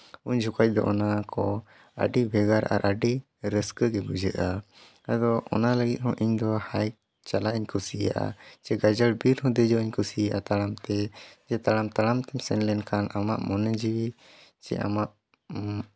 ᱩᱱ ᱡᱚᱠᱷᱟᱡ ᱫᱚ ᱚᱱᱟ ᱠᱚ ᱟᱹᱰᱤ ᱵᱷᱮᱜᱟᱨ ᱟᱨ ᱟᱹᱰᱤ ᱨᱟᱹᱥᱠᱟᱹ ᱜᱮ ᱵᱩᱡᱷᱟᱹᱜᱼᱟ ᱟᱫᱚ ᱚᱱᱟ ᱞᱟᱹᱜᱤᱫ ᱦᱚᱸ ᱤᱧ ᱫᱚ ᱦᱟᱭᱤᱠ ᱪᱟᱞᱟᱜ ᱤᱧ ᱠᱩᱥᱤᱭᱟᱜᱼᱟ ᱪᱮ ᱜᱟᱡᱟᱲ ᱵᱤᱨ ᱦᱚᱸ ᱠᱩᱥᱤᱭᱟᱜᱼᱟ ᱛᱟᱲᱟᱢᱛᱮ ᱡᱮ ᱛᱟᱲᱟᱢ ᱛᱮᱧ ᱥᱮᱱ ᱞᱮᱱᱠᱷᱟᱱ ᱟᱢᱟᱜ ᱢᱚᱱᱮ ᱡᱤᱣᱤ ᱪᱮ ᱟᱢᱟᱜ